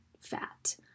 fat